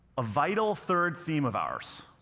a vital third theme of ours,